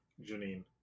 Janine